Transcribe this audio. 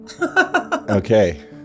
Okay